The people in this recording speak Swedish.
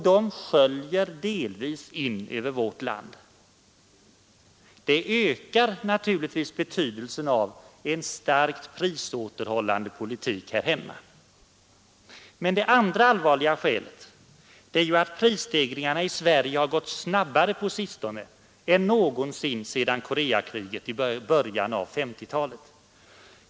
De sköljer delvis in över vårt land. Det ökar naturligtvis betydelsen av en starkt prisåterhållande politik här hemma. 2. Det andra allvarliga skälet är att prisstegringarna i Sverige har gått snabbare på sistone än någonsin sedan Koreakriget i början av 1950-talet.